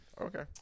Okay